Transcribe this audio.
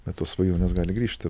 bet tos svajonės gali grįžti